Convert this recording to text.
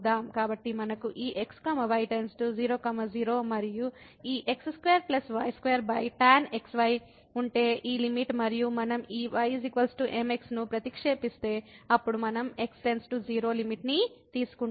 కాబట్టి మనకు ఈ x y → 00 మరియు ఈ x2 y2tan xy ఉంటే ఈ లిమిట్ మరియు మనం ఈ y mx ను ప్రతిక్షేపిస్తే అప్పుడు మనం x → 0 లిమిట్ ని తీసుకుంటాము